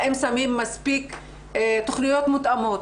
האם שמים מספיק תכוניות מותאמות,